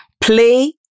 play